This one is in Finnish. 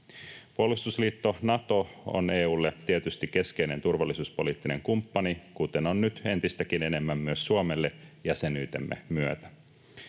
Puolustusliitto Nato on EU:lle tietysti keskeinen turvallisuuspoliittinen kumppani, kuten on nyt entistäkin enemmän myös Suomelle jäsenyytemme myötä.